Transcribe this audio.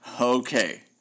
Okay